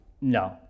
No